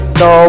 no